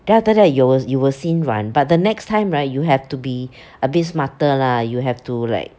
then after that you will you will 心软 but the next time right you have to be a bit smarter lah you have to like